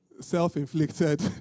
self-inflicted